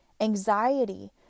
Anxiety